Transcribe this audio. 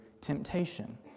temptation